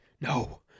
No